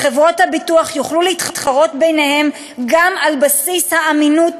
וחברות הביטוח יוכלו להתחרות ביניהן גם על בסיס האמינות